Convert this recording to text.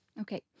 Okay